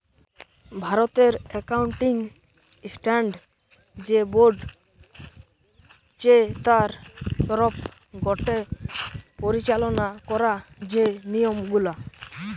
ভারতের accounting standard যে board চে তার তরফ গটে পরিচালনা করা যে নিয়ম গুলা